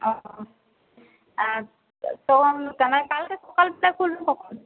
ও তো তা নয় কালকে সকালবেলায় খুলবেন কখন